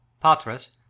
Patras